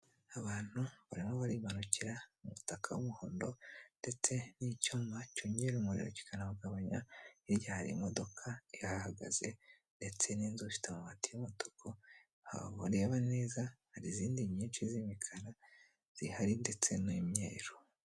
Abantu barimo barimanukira mu umutaka w'umuhondo ndetse n'icyuma cyongera umuriro kikanawugabanya, hirya hari imodoka ihahagaze ndetse n'inzu ifite amabati y'amatuku aho ureba neza hari izindi nyinshi z'imikara zihari ndetse n'imyeru.